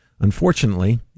Unfortunately